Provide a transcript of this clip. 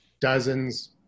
dozens